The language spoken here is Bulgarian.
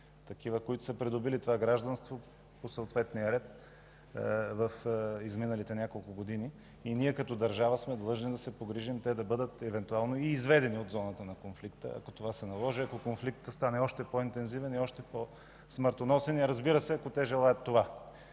такива, които са придобили това гражданство по съответния ред в изминалите няколко години. Ние като държава сме длъжни да се погрижим те да бъдат евентуално изведени от зоната на конфликта, ако това се наложи, ако конфликтът стане още по-интензивен и още по-смъртоносен, и разбира се, ако те желаят това.